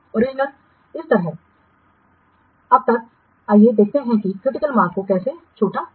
original इस तरह अब तक आइए देखते हैं कि क्रिटिकल मार्ग को कैसे छोटा किया जाए